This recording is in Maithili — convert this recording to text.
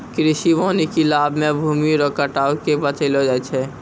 कृषि वानिकी लाभ मे भूमी रो कटाव के बचैलो जाय छै